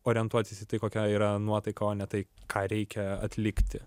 orientuotis į tai kokia yra nuotaika o ne tai ką reikia atlikti